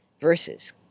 Versus